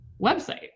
website